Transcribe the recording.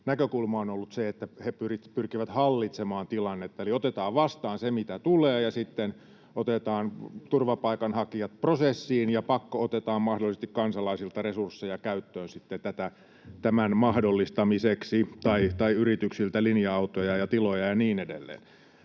näkökulma on ollut se, että he pyrkivät hallitsemaan tilannetta, eli otetaan vastaan se, mitä tulee, ja sitten otetaan turvapaikanhakijat prosessiin ja pakko-otetaan mahdollisesti kansalaisilta resursseja käyttöön sitten tämän mahdollistamiseksi, tai yrityksiltä linja-autoja ja tiloja ja niin edelleen.